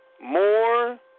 more